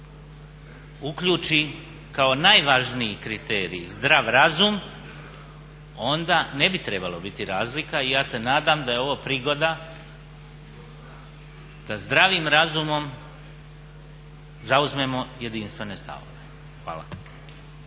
uključi kao najvažniji kriterij zdrav razum onda ne bi trebalo biti razlika i ja se nadam da je ovo prigoda da zdravim razumom zauzmemo jedinstvene stavove. Hvala.